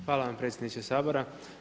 Hvala vam predsjedniče Sabora.